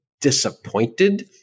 disappointed